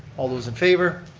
all those in favor.